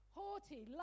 haughty